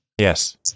Yes